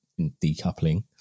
decoupling